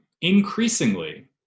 increasingly